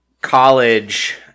college